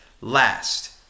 Last